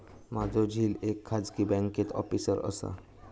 माझो झिल एका खाजगी बँकेत ऑफिसर असा